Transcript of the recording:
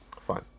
Fine